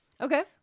Okay